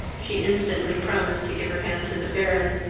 she instantly promised to give her hand to the baron,